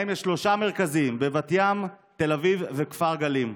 יש להם שלושה מרכזים, בבת ים, תל אביב וכפר גלים.